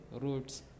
routes